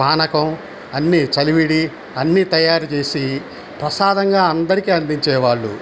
పానకం అన్నీ చలివిడి అన్నీ తయారు చేసి ప్రసాదంగా అందరికీ అందించేవాళ్ళు